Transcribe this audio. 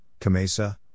Kamesa